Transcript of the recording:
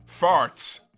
farts